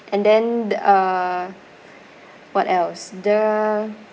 and then th~ uh what else the